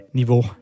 niveau